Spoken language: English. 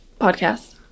Podcast